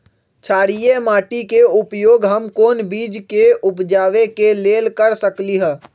क्षारिये माटी के उपयोग हम कोन बीज के उपजाबे के लेल कर सकली ह?